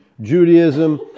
Judaism